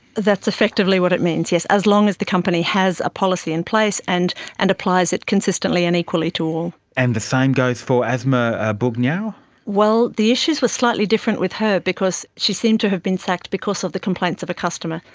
that's effectively what it means, yes, as long as the company has a policy in place and and applies it consistently and equally to and the same goes for asma ah bougnaoui? well, the issues were slightly different with her because she seems to have been sacked because of the complaints of a customer,